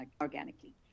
organically